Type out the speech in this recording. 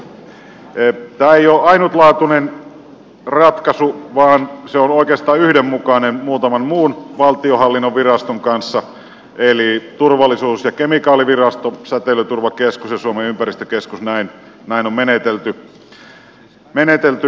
tämä ei ole ainutlaatuinen ratkaisu vaan se on oikeastaan yhdenmukainen muutaman muun valtionhallinnon viraston kanssa eli turvallisuus ja kemikaalivirastossa säteilyturvakeskuksessa ja suomen ympäristökeskuksessa näin on menetelty